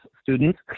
students